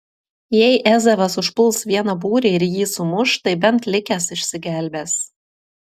jei ezavas užpuls vieną būrį ir jį sumuš tai bent likęs išsigelbės